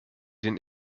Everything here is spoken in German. den